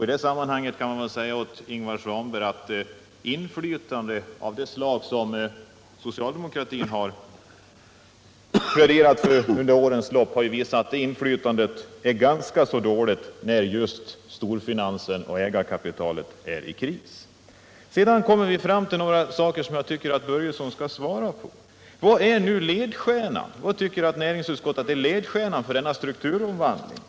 I sammanhanget kan jag säga till Ingvar Svanberg att inflytande av det slag som socialdemokratin har pläderat för under årens lopp har visat sig fungera ganska dåligt när storfinansen och ägarkapitalet är i kris. Sedan kommer jag till några frågor som jag tycker att Fritz Börjesson skall svara på. Vad är det som näringsutskottet anser skall vara ledstjärnan för strukturomvandlingen?